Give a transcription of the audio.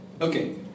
Okay